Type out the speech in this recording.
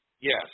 Yes